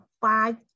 five